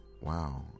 wow